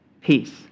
peace